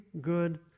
good